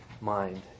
mind